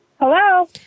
Hello